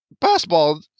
basketball